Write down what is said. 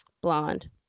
Blonde